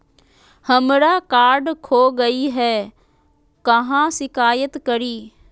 हमरा कार्ड खो गई है, कहाँ शिकायत करी?